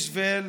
בשביל